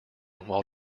while